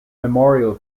memorial